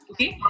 Okay